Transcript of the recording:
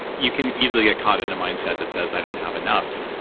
you can easily get caught in mindset that says i don't have enough.